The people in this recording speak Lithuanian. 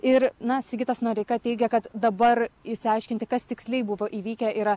ir na sigitas noreika teigia kad dabar išsiaiškinti kas tiksliai buvo įvykę yra